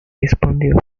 respondeu